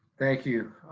thank you.